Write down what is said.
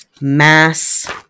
mass